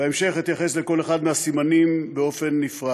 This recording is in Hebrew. ובהמשך אתייחס לכל אחד מהסימנים בנפרד.